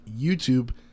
YouTube